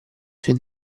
suoi